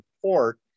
support